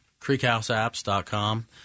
creekhouseapps.com